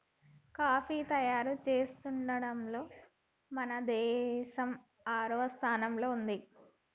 coffee తయారు చేసుడులో మన దేసం ఆరవ స్థానంలో ఉంది